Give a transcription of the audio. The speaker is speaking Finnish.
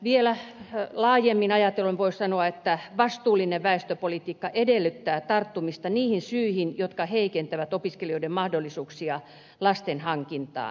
vielä laajemmin ajatellen voisi sanoa että vastuullinen väestöpolitiikka edellyttää tarttumista niihin syihin jotka heikentävät opiskelijoiden mahdollisuuksia lasten hankintaan